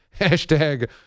Hashtag